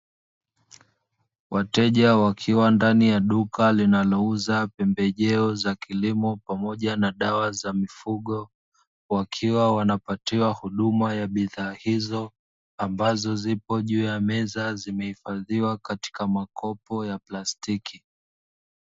Wateja wakiwa ndani ya duka linalouza pembejeo za kilimo pamoja na dawa za mifugo wakiwa wanapatiwa huduma ya bidhaa hizo ambazo zipo juu ya meza, ambazo zimehifadhiwa katika makopo ya plastiki.